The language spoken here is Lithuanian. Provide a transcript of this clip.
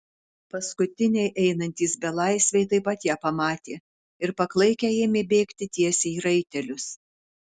paskutiniai einantys belaisviai taip pat ją pamatė ir paklaikę ėmė bėgti tiesiai į raitelius